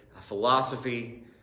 philosophy